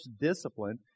discipline